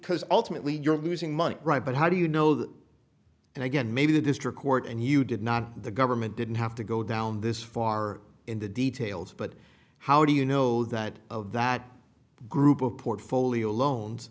because ultimately you're losing money right but how do you know that and again maybe the district court and you did not the government didn't have to go down this far in the details but how do you know that of that group of portfolio loans